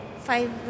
five